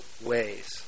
ways